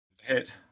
Hit